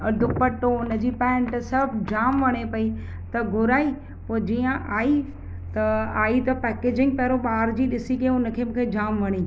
ऐं दुपटो उन जी पेंट सभु जाम वणे पई त घुराई पोइ जीअं आई त आई त पैकेजिंग पहिरों ॿाहिरि जी ॾिसी खे हुन खे मूंखे जाम वणी